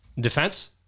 Defense